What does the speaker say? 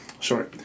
sorry